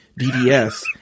DDS